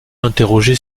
interroger